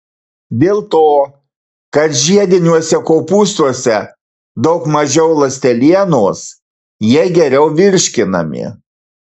dėl to kad žiediniuose kopūstuose daug mažiau ląstelienos jie geriau virškinami